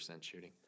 shooting